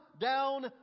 down